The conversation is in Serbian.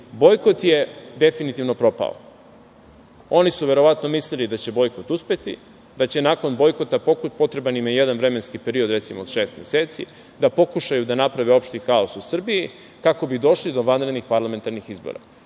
Bojkot je definitivno propao. Oni su, verovatno mislili da će bojkot uspeti, da će nakon bojkota, potreban im je jedan vremenski period, recimo od šest meseci, da pokušaju da naprave opšti haos u Srbiji kako bi došli do vanrednih parlamentarnih izbora.